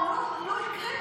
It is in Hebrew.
לא, לא יקרה.